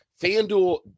FanDuel